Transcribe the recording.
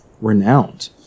renowned